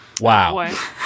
wow